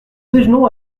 déjeunons